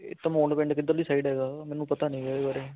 ਇਹ ਧਮੋਟ ਪਿੰਡ ਕਿੱਧਰਲੀ ਸਾਈਡ ਹੈਗਾ ਵਾ ਮੈਨੂੰ ਪਤਾ ਨਹੀਂ ਹੈ ਇਹਦੇ ਬਾਰੇ